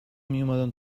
میومدن